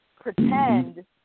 pretend